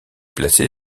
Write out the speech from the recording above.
placé